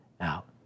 out